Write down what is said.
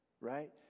Right